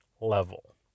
level